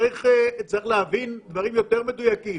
צריך להבין דברים יותר מדויקים.